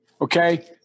Okay